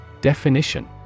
Definition